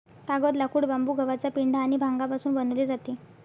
कागद, लाकूड, बांबू, गव्हाचा पेंढा आणि भांगापासून बनवले जातो